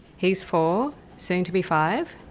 he's four, soon to be five,